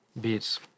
Beats